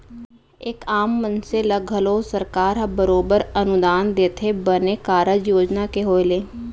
एक आम मनसे ल घलौ सरकार ह बरोबर अनुदान देथे बने कारज योजना के होय ले